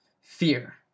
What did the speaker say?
Fear